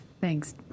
Thanks